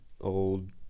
old